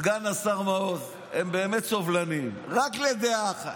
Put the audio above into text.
סגן השר מעוז, הם באמת סובלניים, רק לדעה אחת,